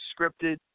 scripted